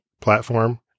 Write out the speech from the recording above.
platform